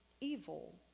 evil